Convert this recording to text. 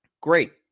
Great